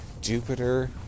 Jupiter